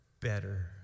better